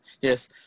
yes